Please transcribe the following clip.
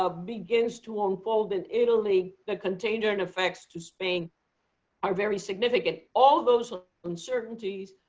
ah begins to unfold in italy, the contagion effects to spain are very significant. all those uncertainties,